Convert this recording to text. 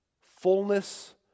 Fullness